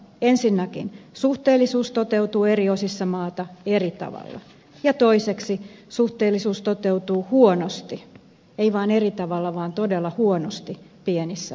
ensinnäkin suhteellisuus toteutuu eri osissa maata eri tavalla ja toiseksi suhteellisuus toteutuu huonosti ei vain eri tavalla vaan todella huonosti pienissä vaalipiireissä